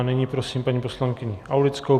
Nyní prosím paní poslankyni Aulickou.